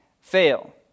fail